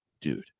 dude